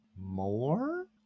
more